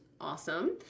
awesome